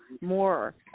more